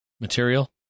material